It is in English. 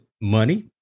money